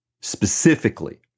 specifically